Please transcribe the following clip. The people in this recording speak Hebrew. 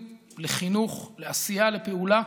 לחינוך, לעשייה, לפעולה.